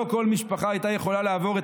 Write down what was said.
לא כל משפחה הייתה יכולה לעבור את